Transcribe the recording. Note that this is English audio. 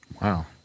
Wow